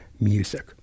music